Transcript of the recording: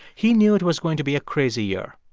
he knew it was going to be a crazy year.